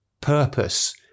purpose